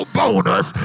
bonus